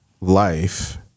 life